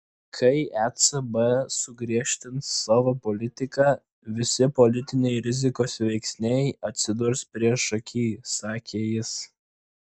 kai ecb sugriežtins savo politiką visi politiniai rizikos veiksniai atsidurs priešaky sakė jis